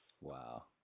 Wow